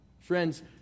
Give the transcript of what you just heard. Friends